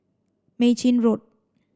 Mei Chin Road